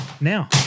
now